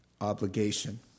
obligation